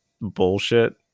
bullshit